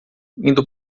indo